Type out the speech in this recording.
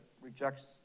rejects